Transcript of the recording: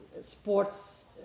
sports